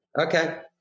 okay